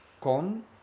CON